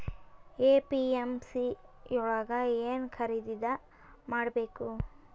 APMC ಯೊಳಗ ಏನ್ ಖರೀದಿದ ಮಾಡ್ಬೇಕು?